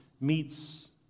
meets